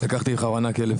לקחתי כלב